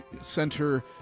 center